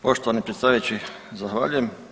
Poštovani predsjedavajući zahvaljujem.